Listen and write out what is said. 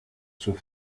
zur